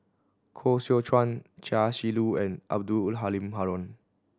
Koh Seow Chuan Chia Shi Lu and Abdul Halim Haron